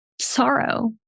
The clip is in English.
sorrow